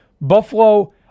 Buffalo